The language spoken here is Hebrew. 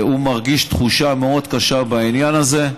הוא מרגיש תחושה מאוד קשה בעניין הזה.